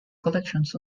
collections